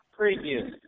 Preview